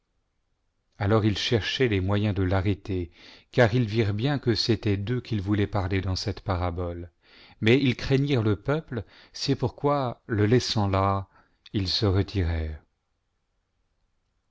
alors ils cherchaient les moyens de l'arrêter car ils virent bien que c'était d'eux qu'il voulait parler dans cette parabole mais ils craignirent ie peuple c'est pourquoi le laissant là ils se tetirèrent